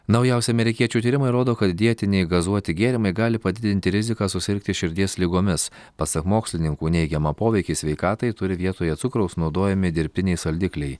naujausi amerikiečių tyrimai rodo kad dietiniai gazuoti gėrimai gali padidinti riziką susirgti širdies ligomis pasak mokslininkų neigiamą poveikį sveikatai turi vietoje cukraus naudojami dirbtiniai saldikliai